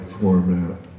format